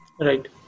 Right